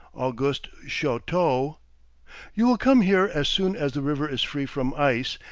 auguste chouteau you will come here as soon as the river is free from ice,